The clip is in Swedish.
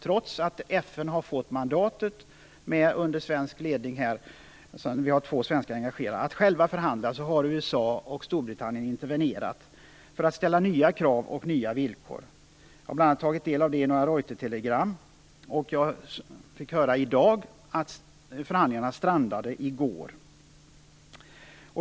Trots att FN har fått mandat att under svensk ledning - två svenskar är engagerade - själva förhandla har USA och Storbritannien intervenerat och ställt nya krav och nya villkor. Jag har bl.a. tagit del av det i några Reutertelegram, och jag fick i dag höra att förhandlingarna strandade i går.